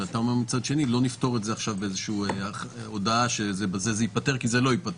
ואתה אומר שלא נפתור את זה עכשיו באיזו הודעה כי בזה זה לא ייפתר.